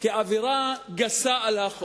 עבירה גסה על החוק.